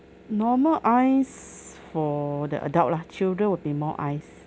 normal ice for the adult lah children will be more ice